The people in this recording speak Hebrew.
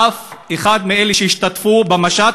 אף אחד מאלה שהשתתפו במשט,